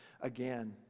again